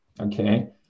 okay